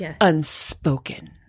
unspoken